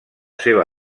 seva